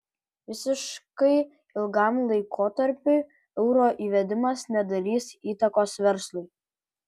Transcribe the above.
visiškai ilgam laikotarpiui euro įvedimas nedarys įtakos verslui